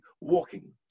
walking